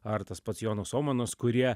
ar tas pats jonas omanas kurie